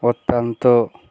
অত্যন্ত